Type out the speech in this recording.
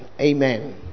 Amen